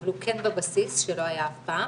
אבל הוא כן בבסיס שלא היה אף פעם